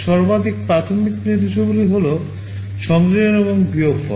সর্বাধিক প্রাথমিক নির্দেশাবলী হল সংযোজন এবং বিয়োগফল